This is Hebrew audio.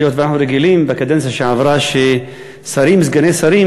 היות שאנחנו רגילים מהקדנציה שעברה ששרים וסגני שרים